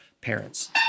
parents